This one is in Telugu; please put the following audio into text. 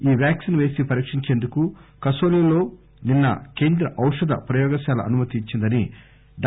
ఈ వ్యాక్సిన్ పేసి పరీక్షించేందుకు కసాలిలో నిన్స కేంద్ర ఔషధ ప్రయోగశాల అనుమతి ఇచ్చిందని డా